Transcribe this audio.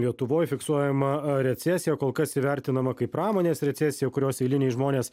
lietuvoj fiksuojama recesija kol kas įvertinama kaip pramonės recesija kurios eiliniai žmonės